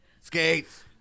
skates